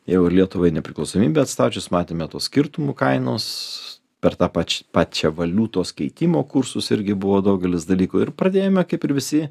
jau lietuvai nepriklausomybę atstačius matėme tų skirtumų kainos per tą pač pačią valiutos keitimo kursus irgi buvo daugelis dalykų ir pradėjome kaip ir visi